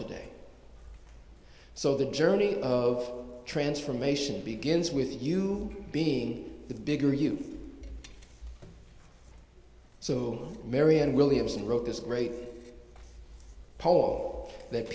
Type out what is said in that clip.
today so the journey of transformation begins with you being the bigger you so marianne williamson wrote this great poll that